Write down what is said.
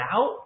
out